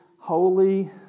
holy